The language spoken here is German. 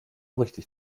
richtig